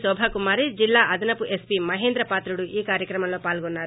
కోభా కుమారి జిల్లా అదనపు ఎస్పీ మహేంద్ర పాత్రుడు ఈ కార్యక్రమంలో పాల్గొన్నారు